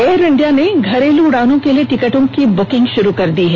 air India ने घरेलू उडानों के लिए टिकटों की बुकिंग शुरू कर दी है